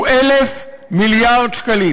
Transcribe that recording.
הוא 1,000 מיליארד שקלים,